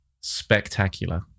spectacular